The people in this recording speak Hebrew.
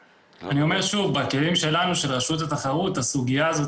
שוב, בכלים שלנו של רשות התחרות הסוגיה הזאת